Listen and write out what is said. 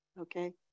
Okay